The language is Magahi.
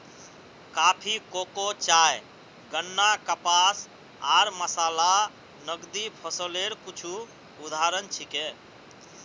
कॉफी, कोको, चाय, गन्ना, कपास आर मसाला नकदी फसलेर कुछू उदाहरण छिके